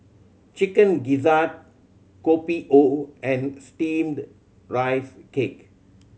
Chicken Gizzard Kopi O and Steamed Rice Cake